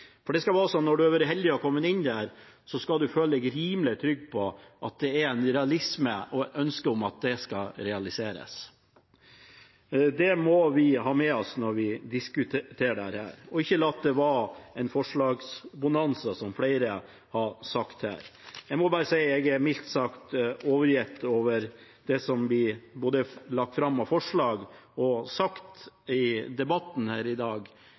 For det skal være sånn at når man har vært så heldig å komme inn der, skal man føle seg rimelig trygg på at det er en realisme i det og et ønske om at det skal realiseres. Det må vi ha med oss når vi diskuterer dette, og ikke la det være en forslagsbonanza, som flere har sagt her. Jeg er mildt sagt overgitt, både over det som blir lagt fram av forslag, og over det som blir sagt i debatten her i dag